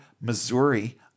Missouri